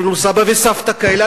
יש לנו סבא וסבתא כאלה,